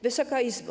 Wysoka Izbo!